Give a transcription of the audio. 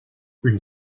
une